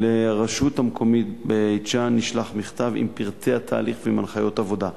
לרשות המקומית בית-ג'ן נשלח מכתב עם פרטי התהליך ועם הנחיות עבודה.